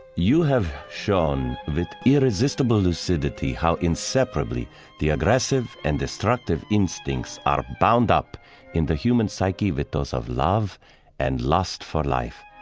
you have shown with irresistible lucidity how inseparably the aggressive and destructive instincts are bound up in the human psyche with those of love and lust for life.